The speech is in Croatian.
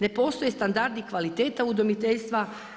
Ne postoje standardi kvaliteta udomiteljstva.